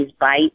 bite